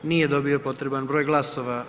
Nije dobio potreban broj glasova.